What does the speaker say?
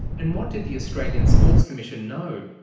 and what did the australian sports commission know?